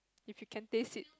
if you can taste it